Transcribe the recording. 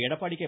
Edappadi K